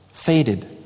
faded